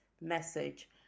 message